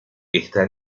esta